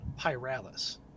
Pyralis